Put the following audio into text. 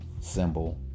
symbol